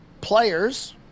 players